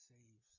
save